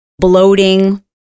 bloating